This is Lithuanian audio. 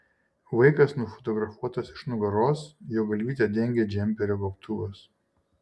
vaikas nufotografuotas iš nugaros jo galvytę dengia džemperio gobtuvas